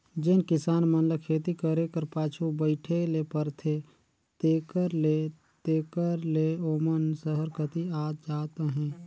जेन किसान मन ल खेती करे कर पाछू बइठे ले परथे तेकर ले तेकर ले ओमन सहर कती आत जात अहें